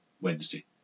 Wednesday